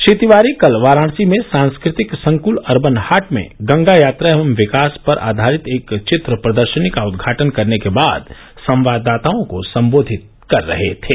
श्री तिवारी कल वाराणसी में सांस्कृतिक संकृल अर्बन हाट में गंगा यात्रा एवं विकास पर आधारित एक चित्र प्रदर्शनी का उद्घाटन करने के बाद संवाददाताओं को संबोधित कर रहे थे